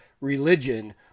religion